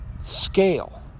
scale